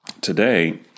today